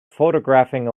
photographing